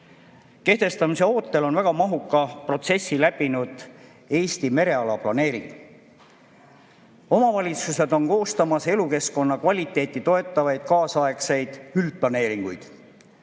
Kehtestamise ootel on väga mahuka protsessi läbinud Eesti mereala planeering. Omavalitsused on koostamas elukeskkonna kvaliteeti toetavaid kaasaegseid üldplaneeringuid.